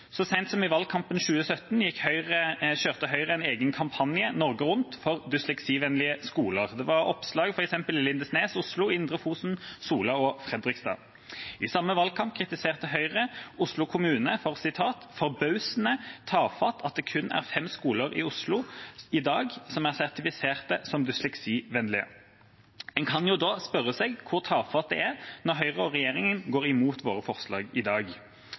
Så sent som i valgkampen i 2017 kjørte Høyre en egen kampanje Norge rundt for dysleksivennlige skoler. Det var oppslag i f.eks. Lindesnes, Oslo, Indre Fosen, Sola og Fredrikstad. I samme valgkamp kritiserte Høyre Oslo kommune for at det er «forbausende tafatt at det kun er 5 skoler i Oslo i dag som er sertifisert som dysleksivennlige». En kan jo da spørre seg hvor tafatt det er når Høyre og de andre regjeringspartiene vil gå imot vårt forslag i dag.